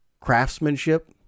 craftsmanship